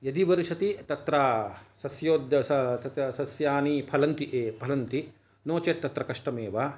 यदि वर्षति तत्र सस्य उद् तत् सस्यानि फलन्ति फलन्ति नो चेत् तत्र कष्टम् एव